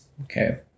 Okay